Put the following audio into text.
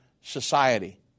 society